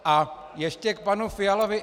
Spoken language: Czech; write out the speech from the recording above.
A ještě k panu Fialovi.